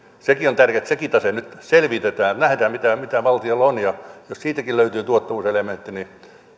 sekin on tärkeätä että sekin tase nyt selvitetään että nähdään mitä valtiolla on ja jos siitäkin löytyy tuottavuuselementti niin